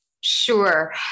Sure